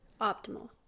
optimal